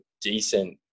decent